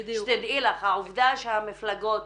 שתדעי לך, העובדה שהמפלגות